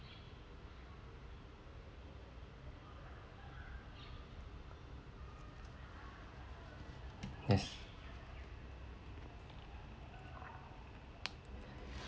yes